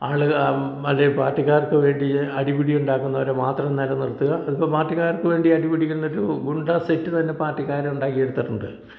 ആളുകൾ മറ്റേ പാർട്ടിക്കാർക്ക് വേണ്ടി അടിപിടി ഉണ്ടാക്കുന്നവരെ മാത്രം നിലനിർത്തുക അതിപ്പം പാർട്ടിക്കാർക്ക് വേണ്ടി മാത്രം അടിപിടിക്കുന്നൊരു ഗുണ്ട സെറ്റ് തന്നെ പാർട്ടിക്കാർ ഉണ്ടാക്കിയെടുത്തിട്ടുണ്ട്